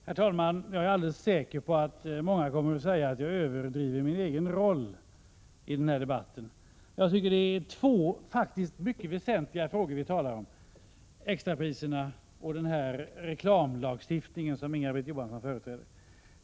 Herr talman! Jag är alldeles säker på att många kommer att säga att jag överdriver min egen roll i den här debatten. Jag tycker det är två faktiskt mycket väsentliga frågor vi talar om: extrapriserna och den reklamlagstiftning som Inga-Britt Johansson företräder.